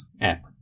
app